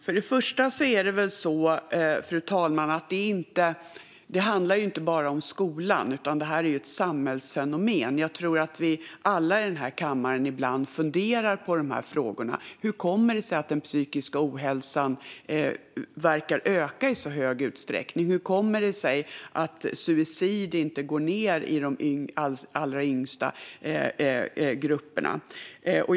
Fru talman! Först och främst är det väl så att det inte bara handlar om skolan, utan det är ett samhällsfenomen. Jag tror att vi alla i denna kammare ibland funderar på dessa frågor: Hur kommer det sig att den psykiska ohälsan i stor utsträckning verkar öka? Hur kommer det sig att suicid inte minskar i de allra yngsta åldersgrupperna?